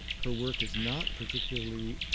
her work is not particularly